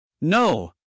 No